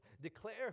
Declare